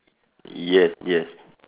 yes yes